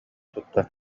туттар